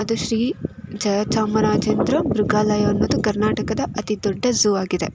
ಅದು ಶ್ರೀ ಜಯಚಾಮರಾಜೇಂದ್ರ ಮೃಗಾಲಯ ಅನ್ನೋದು ಕರ್ನಾಟಕದ ಅತಿ ದೊಡ್ಡ ಝೂ ಆಗಿದೆ